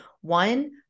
One